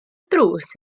drws